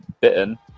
bitten